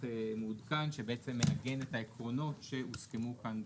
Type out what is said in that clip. מעודכן שבעצם מעגן את העקרונות שהוסכמו כאן בוועדה.